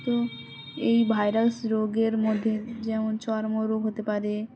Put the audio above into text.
তো এই ভাইরাস রোগের মধ্যে যেমন চর্মরোগ হতে পারে